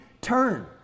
turn